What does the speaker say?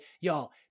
Y'all